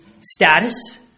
status